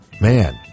man